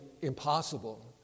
impossible